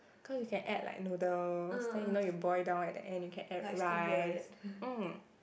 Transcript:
cause you can add like noodles then you know boil down at the end you can add rice mm